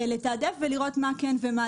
לתעדף ולראות מה כן ומה לא.